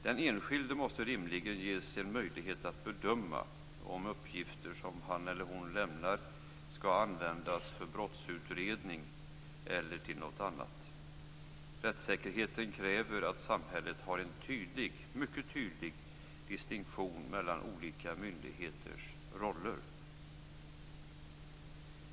Den enskilde måste rimligen ges en möjlighet att bedöma om uppgifter som han eller hon lämnar skall användas för brottsutredning eller till någonting annat. Rättssäkerheten kräver att samhället har en mycket tydlig distinktion mellan olika myndigheters roller.